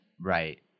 Right